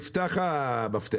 המפתח